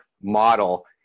model